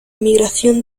migración